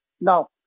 No